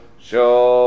Show